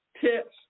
tips